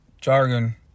jargon